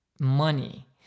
money